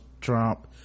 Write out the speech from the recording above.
trump